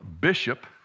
bishop